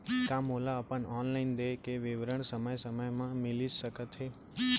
का मोला अपन ऑनलाइन देय के विवरण समय समय म मिलिस सकत हे?